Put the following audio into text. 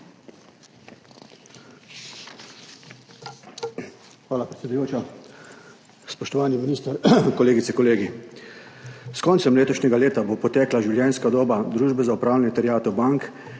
Hvala, predsedujoča. Spoštovani minister, kolegice, kolegi! S koncem letošnjega leta bo potekla življenjska doba Družbe za upravljanje terjatev bank,